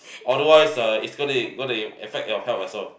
otherwise uh it's gonna gonna affect your health also